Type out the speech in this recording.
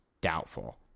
doubtful